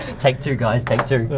take two, guys, take two.